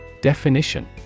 Definition